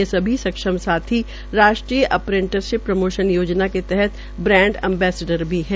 ये सभी सक्षम साथी राष्ट्रीय अप्रेंटिसशिप प्रमोशन योजना के तहत ब्रांड अम्बेस्डर भी है